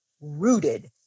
rooted